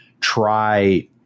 try